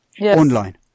online